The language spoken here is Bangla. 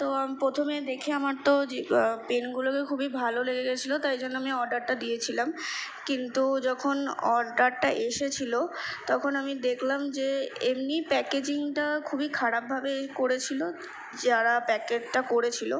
তো প্রথমে দেখে আমার তো যে পেনগুলো তো খুবই ভালো লেগে গেছিলো তাই জন্য আমি অর্ডারটা দিয়েছিলাম কিন্তু যখন অর্ডারটা এসেছিলো তখন আমি দেখলাম যে এমনি প্যাকেজিংটা খুবই খারাপভাবে করেছিলো যারা প্যাকেটটা করেছিলো